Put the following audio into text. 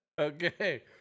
Okay